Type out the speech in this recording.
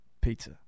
pizza